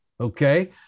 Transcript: Okay